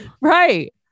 right